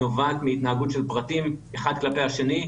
נובעת מהתנהגות של פרטים אחד כלפי השני,